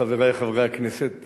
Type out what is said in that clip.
חברי חברי הכנסת,